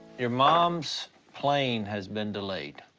your mom's plane has been delayed,